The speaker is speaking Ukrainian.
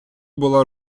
була